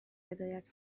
هدایت